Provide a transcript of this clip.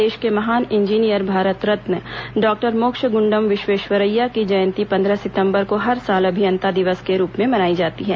देश के महान इंजीनियर भारत रत्न डॉक्टर मोक्षगृण्डम विश्वेश्वरैया की जयंती पंद्रह सितंबर को हर साल अभियंता दिवस के रूप में मनाई जाती है